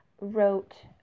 wrote